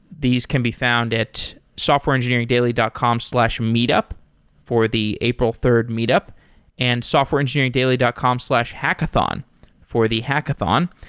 these can be found at softwareengineeringdaily dot com slash meetup for the april third meetup and softwareengineeringdaily dot com slash hackathon for the hackathon.